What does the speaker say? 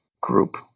group